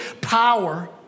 power